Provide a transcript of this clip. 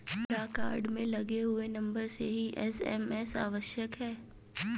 क्या कार्ड में लगे हुए नंबर से ही एस.एम.एस आवश्यक है?